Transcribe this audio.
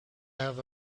have